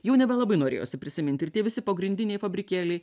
jau nebelabai norėjosi prisiminti ir tie visi pagrindiniai fabrikėliai